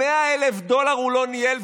100,000 דולר הוא לא ניהל,